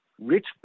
Rich